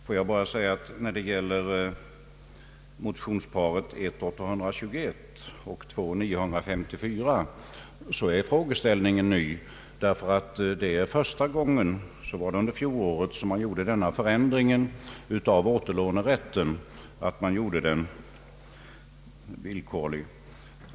Jag vill bara säga att den fråga som berörs i motionsparet I: 821 och II: 954 är ny, ty det var först under fjolåret som den ändringen genomfördes att återlånerätten gjordes villkorlig.